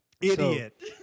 idiot